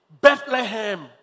Bethlehem